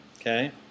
okay